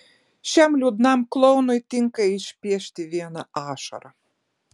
šiam liūdnam klounui tinka išpiešti vieną ašarą